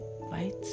right